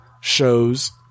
shows